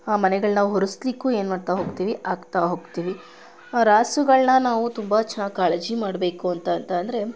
ಆ ಮನೆಗಳನ್ನ ಹುರಿಸಲಿಕ್ಕೂ ಏನು ಮಾಡ್ತಾ ಹೋಗ್ತೀವಿ ಹಾಕ್ತಾ ಹೋಗ್ತೀವಿ ರಾಸುಗಳನ್ನ ನಾವು ತುಂಬ ಚ ಕಾಳಜಿ ಮಾಡಬೇಕೆಂತಂದ್ರೆ